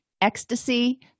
ecstasy